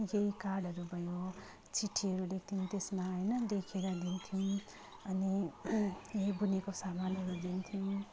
यही कार्डहरू भयो चिट्ठीहरू लेख्थ्यौँ त्यसमा होइन देखेर दिन्थ्यौँ अनि यो बुनेको सामानहरू दिन्थ्यौँ